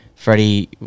Freddie